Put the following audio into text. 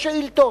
יש שאילתות,